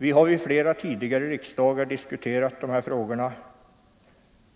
Vi har vid flera tidigare riksdagar diskuterat dessa frågor,